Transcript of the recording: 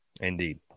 Indeed